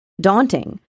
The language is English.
daunting